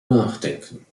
nachdenken